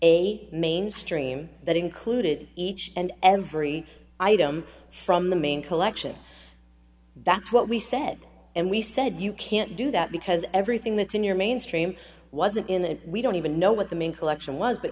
eight main stream that included each and every item from the main collection that's what we said and we said you can't do that because everything that's in your mainstream wasn't in an we don't even know what the main collection was but